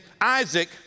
Isaac